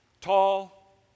tall